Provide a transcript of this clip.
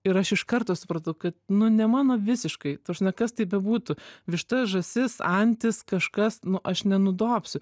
ir aš iš karto supratau kad nu ne mano visiškai ta prasme kas tai bebūtų višta žąsis antis kažkas nu aš nenudobsiu